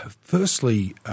Firstly